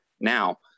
Now